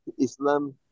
Islam